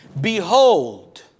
Behold